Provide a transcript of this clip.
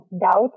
doubt